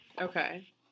Okay